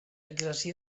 exercí